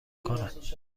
کند